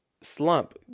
slump